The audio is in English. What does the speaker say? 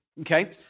okay